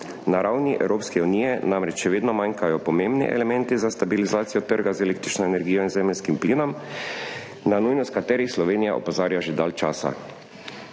Na ravni Evropske unije namreč še vedno manjkajo pomembni elementi za stabilizacijo trga z električno energijo in zemeljskim plinom, na nujnost katerih Slovenija opozarja že dalj časa.